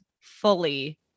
fully